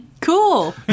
Cool